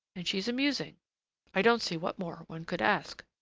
and she's amusing i don't see what more one could ask.